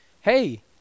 hey